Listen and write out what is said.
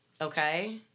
Okay